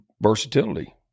versatility